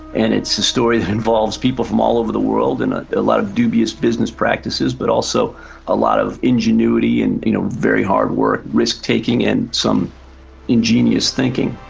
and it's a story that involves people from all over the world and ah a lot of dubious business practices, but also a lot of ingenuity and you know very hard work, risk-taking and some ingenious thinking.